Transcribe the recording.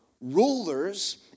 rulers